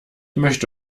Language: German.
möchte